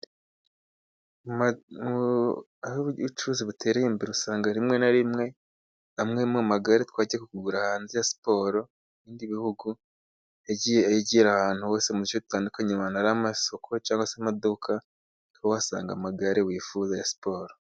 Aho ubucuruzi butereye imbere, usanga rimwe na rimwe amwe mu magare twajyaga kugura hanze ya siporo mu bindi bihugu, yagiye yegera ahantu hose mu duce dutandukanye. Ahantu hari amasoko cyangwa se amaduka na ho uhasanga amagare wifuza ya siporo.